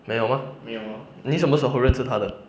没有吗你什么时候认识她的